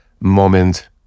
moment